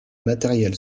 matériel